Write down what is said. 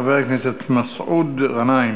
חבר הכנסת מסעוד גנאים.